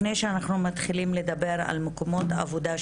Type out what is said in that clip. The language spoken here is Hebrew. היום אנחנו עושות את הישיבה הזו בהשתתפות של עו"ד מרים כבהא,